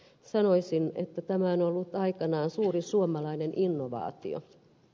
sanoisin että tämä on ollut aikanaan suuri suomalainen innovaatio